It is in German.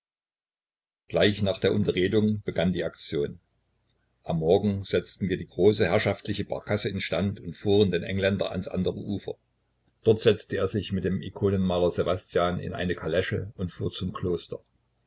gleich nach der unterredung begann die aktion am morgen setzten wir die große herrschaftliche barkasse in stand und fuhren den engländer ans andere ufer dort setzte er sich mit dem ikonenmaler ssewastjan in eine kalesche und fuhr zum kloster